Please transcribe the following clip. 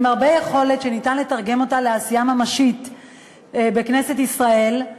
עם הרבה יכולת שאפשר לתרגם לעשייה ממשית בכנסת ישראל.